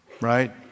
right